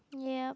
ya